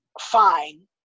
fine